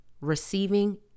Receiving